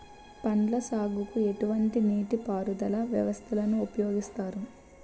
పండ్ల సాగుకు ఎటువంటి నీటి పారుదల వ్యవస్థను ఉపయోగిస్తారు?